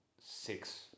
six